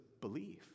belief